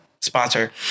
sponsor